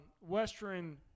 western